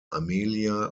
amelia